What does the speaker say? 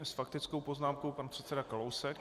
S faktickou poznámkou pan předseda Kalousek.